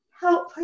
help